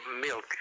milk